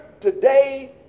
today